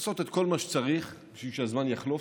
לעשות את כל מה שצריך בשביל שהזמן יחלוף.